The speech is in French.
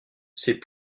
c’est